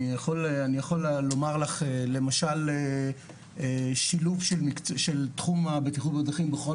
אני יכול לומר לך למשל שילוב של תחום הבטיחות בדרכים בכל